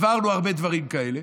עברנו הרבה דברים כאלה,